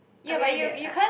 I mean I get I